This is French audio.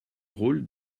rôle